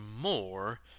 more